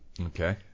Okay